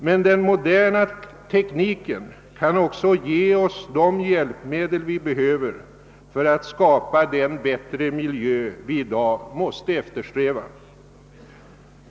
Men den moderna tekniken kan också ge oss de hjälpmedel vi behöver för att skapa den bättre miljö vi i dag måste eftersträva.